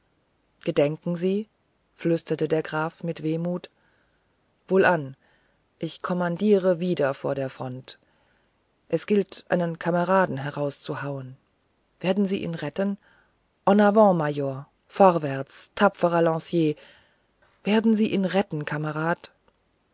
gedenken sie flüsterte der graf mit wehmut wohlan ich kommandiere wieder vor der front es gilt einen kameraden herauszuhauen werdet ihr ihn retten en avant major vorwärts tapfrer lancier wirst du ihn retten